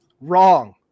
Wrong